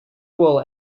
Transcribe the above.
wool